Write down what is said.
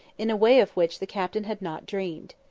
in a way of which the captain had not dreamed.